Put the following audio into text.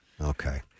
Okay